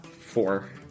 Four